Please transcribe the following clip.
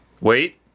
Wait